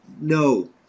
no